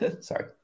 Sorry